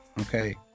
Okay